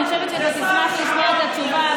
אני חושבת שאתה תשמח לשמוע את התשובה,